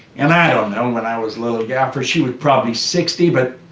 and, i don't know, when i was little, after, she was probably sixty, but,